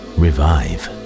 revive